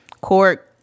court